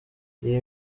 iyi